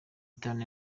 itanu